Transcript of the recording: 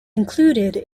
included